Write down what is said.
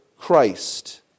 Christ